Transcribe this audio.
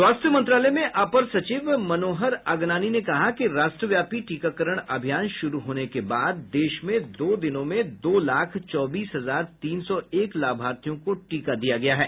स्वास्थ्य मंत्रालय में अपर सचिव मनोहर अगनानी ने कहा कि राष्ट्रव्यापी टीकाकरण अभियान शुरू होने के बाद देश में दो दिनो में दो लाख चौबीस हजार तीन सौ एक लाभार्थियों को टीका दिया गया है